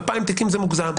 2,000 תיקים זה מוגזם".